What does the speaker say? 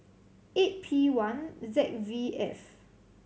eight P one Z V F